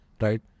right